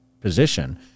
position